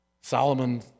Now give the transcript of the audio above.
Solomon